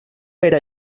era